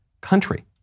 country